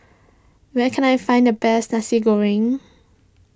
where can I find the best Nasi Goreng